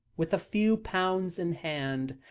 with a few pounds in hand,